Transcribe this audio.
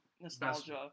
nostalgia